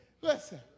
Listen